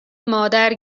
مادر